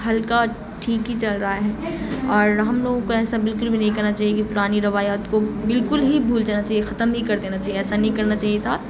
ہلکا ٹھیک ہی چل رہا ہے اور ہم لوگوں کو ایسا بالکل بھی نہیں کرنا چاہیے کہ پرانی روایات کو بالکل ہی بھول جانا چاہیے ختم ہی کر دینا چاہیے ایسا نہیں کرنا چاہیے تھا